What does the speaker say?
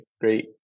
great